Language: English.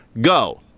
Go